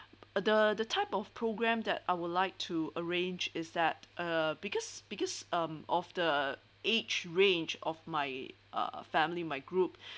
the the type of program that I would like to arrange is that uh because because um of the age range of my uh family my group